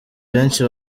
benshi